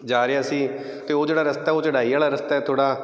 ਜਾ ਰਿਹਾ ਸੀ ਅਤੇ ਉਹ ਜਿਹੜਾ ਰਸਤਾ ਉਹ ਚੜ੍ਹਾਈ ਵਾਲਾ ਰਸਤਾ ਥੋੜ੍ਹਾ